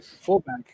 fullback